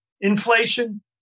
inflation